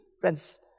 friends